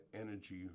Energy